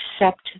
accept